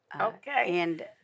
Okay